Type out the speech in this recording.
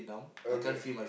okay